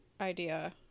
idea